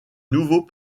nouveaux